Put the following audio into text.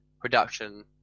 production